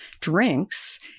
drinks